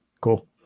Cool